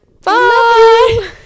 Bye